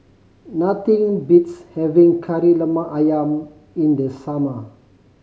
nothing beats having Kari Lemak Ayam in the summer